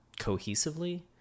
cohesively